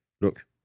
Look